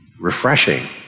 refreshing